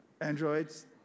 Androids